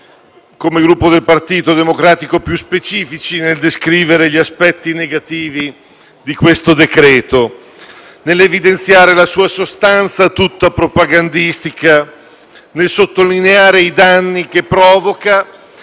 come Gruppo Partito Democratico, più specifici nel descrivere gli aspetti negativi di questo provvedimento, nell'evidenziare la sua sostanza tutta propagandistica, nel sottolineare i danni che provoca